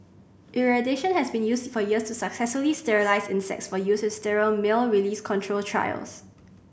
irradiation has been used for years to successfully sterilise insects for use in sterile male release control trials